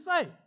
say